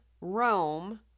Rome